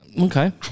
Okay